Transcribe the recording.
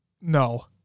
no